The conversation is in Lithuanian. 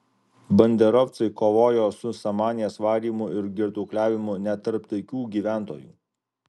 banderovcai kovojo su samanės varymu ir girtuokliavimu net tarp taikių gyventojų